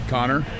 Connor